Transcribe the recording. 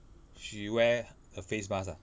she wear a face mask ah